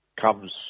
comes